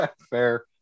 Fair